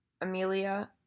Amelia